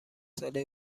ساله